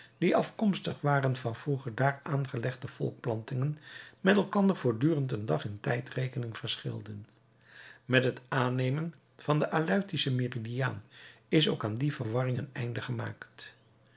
die afkomstig waren van vroeger daar aangelegde volkplantingen met elkander voortdurend een dag in de tijdrekening verschilden met het aannemen van den aleutischen meridiaan is ook aan die verwarring een einde gemaakt